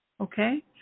Okay